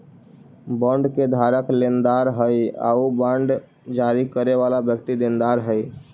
bond के धारक लेनदार हइ आउ बांड जारी करे वाला व्यक्ति देनदार हइ